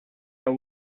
and